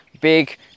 big